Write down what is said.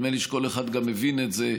נדמה לי שכל אחד גם מבין את זה.